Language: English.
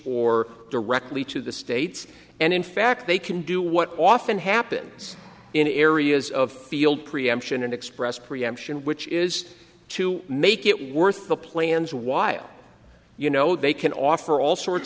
or directly to the states and in fact they can do what often happens in areas of field preemption and express preemption which is to make it worth the plans while you know they can offer all sorts